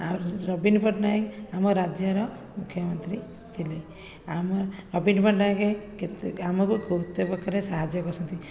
ଆଉ ନବୀନ ପଟ୍ଟନାୟକ ଆମ ରାଜ୍ୟର ମୁଖ୍ୟମନ୍ତ୍ରୀ ଥିଲେ ଆମକ ନବୀନ ପଟ୍ଟନାୟକ ଆମକୁ କେତେ ପ୍ରକାର ସାହାଯ୍ୟ କରୁଛନ୍ତି